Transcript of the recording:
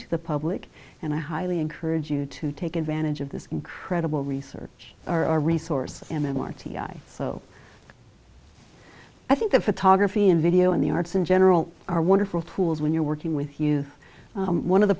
to the public and i highly encourage you to take advantage of this incredible research our resources m m r t i so i think that photography and video and the arts in general are wonderful tools when you're working with you one of the